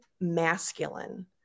masculine